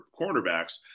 cornerbacks